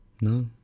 No